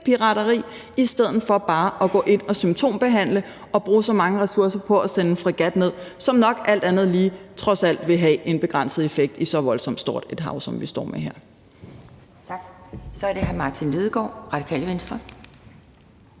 pirateri i stedet for bare at gå ind og symptombehandle og bruge så mange ressourcer på at sende en fregat derned, som alt andet lige nok trods alt vil have en begrænset effekt i så voldsomt stort et hav, som vi her står med. Kl. 11:09 Anden næstformand (Pia